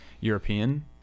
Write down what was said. European